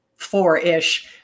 Four-ish